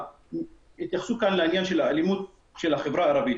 התייחסו לאלימות של החברה הערבית,